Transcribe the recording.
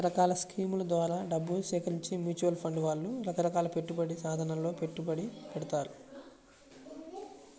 రకరకాల స్కీముల ద్వారా డబ్బు సేకరించి మ్యూచువల్ ఫండ్ వాళ్ళు రకరకాల పెట్టుబడి సాధనాలలో పెట్టుబడి పెడతారు